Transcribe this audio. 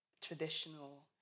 traditional